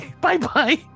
bye-bye